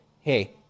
Hey